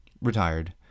retired